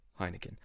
Heineken